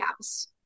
House